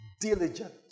diligent